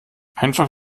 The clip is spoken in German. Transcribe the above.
einfach